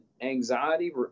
anxiety